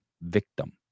Victim